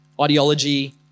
ideology